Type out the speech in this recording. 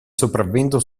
sopravvento